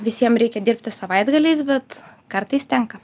visiem reikia dirbti savaitgaliais bet kartais tenka